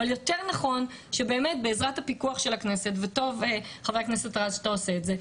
אבל יותר נכון שבעזרת הפיקוח של הכנסת וחה"כ רז טוב שאתה עושה את זה,